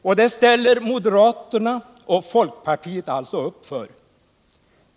Och det ställer moderaterna och folkpartiet alltså upp för.